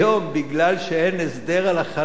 בגלל שאין הסדר על החנייה,